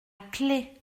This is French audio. claix